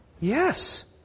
yes